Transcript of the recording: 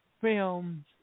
films